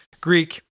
Greek